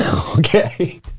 Okay